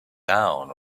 down